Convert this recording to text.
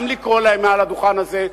גם לקרוא להם מעל הדוכן הזה,